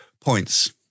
points